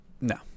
No